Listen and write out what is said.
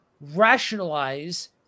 rationalize